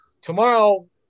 Tomorrow